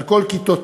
על כל כיתותיהם,